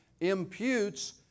imputes